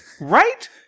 Right